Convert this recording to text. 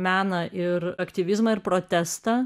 meną ir aktyvizmą ir protestą